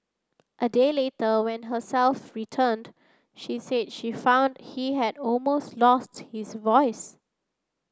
a day later when herself returned she said she found he had almost lost his voice